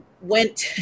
went